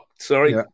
sorry